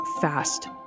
fast